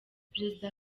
perezida